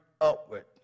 upward